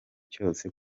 cyose